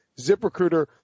ZipRecruiter